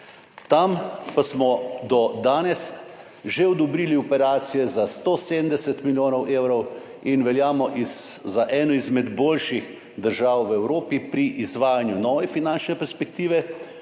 Tam pa smo do danes že odobrili operacije za 170 milijonov evrov in veljamo za eno izmed boljših držav v Evropi pri izvajanju nove finančne perspektive.